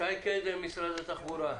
שי קדם ממשרד התחבורה.